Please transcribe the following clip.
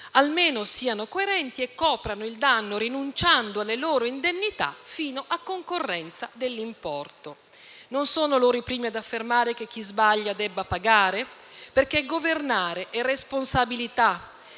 Almeno siano coerenti e coprano il danno rinunciando alle loro indennità fino a concorrenza dell'importo. Non sono loro i primi ad affermare che chi sbaglia debba pagare? Perché governare è responsabilità.